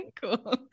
Cool